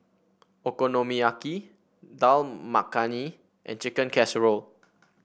Okonomiyaki Dal Makhani and Chicken Casserole